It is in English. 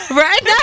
right